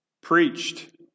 preached